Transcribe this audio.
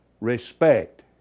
respect